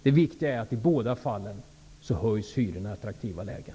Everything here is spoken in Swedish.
Det viktiga är att i båda fallen höjs hyrorna för lägenheter i attraktiva lägen.